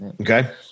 okay